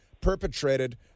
perpetrated